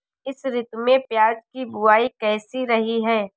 इस ऋतु में प्याज की बुआई कैसी रही है?